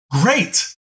Great